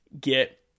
get